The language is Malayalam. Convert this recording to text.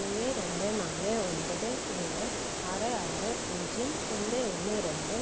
ഏഴ് രണ്ട് നാൽ ഒൻപത് ഏഴ് ആറ് ആർ പൂജ്യം ഒന്ന് ഒന്ന് രണ്ട്